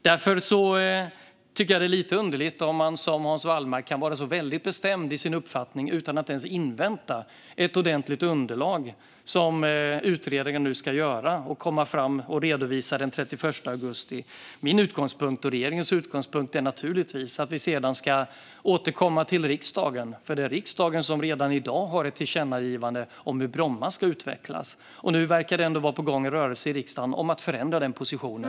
Därför är det lite underligt om man, som Hans Wallmark, kan vara så bestämd i sin uppfattning utan att ens invänta ett ordentligt underlag, som utredningen ska redovisa den 31 augusti. Min och regeringens utgångspunkt är naturligtvis att vi sedan ska återkomma till riksdagen. Riksdagen har ju redan i dag ett tillkännagivande om hur Bromma ska utvecklas, och nu verkar det vara en rörelse på gång i riksdagen om att förändra den positionen.